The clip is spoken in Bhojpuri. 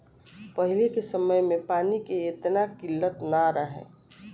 पहिले के समय में पानी के एतना किल्लत ना रहे